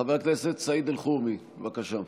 חבר הכנסת סעיד אלחרומי, בבקשה.